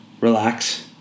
relax